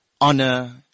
honor